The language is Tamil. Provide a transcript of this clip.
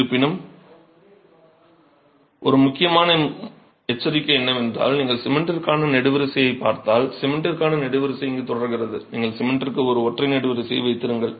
இருப்பினும் ஒரு முக்கியமான எச்சரிக்கை என்னவென்றால் நீங்கள் சிமெண்டிற்கான நெடுவரிசையைப் பார்த்தால் சிமெண்டிற்கான நெடுவரிசை இங்கே தொடர்கிறது நீங்கள் சிமெண்டிற்கு ஒரு ஒற்றை நெடுவரிசையை வைத்திருங்கள்